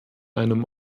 einem